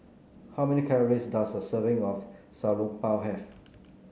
how many calories does a serving of Xiao Long Bao have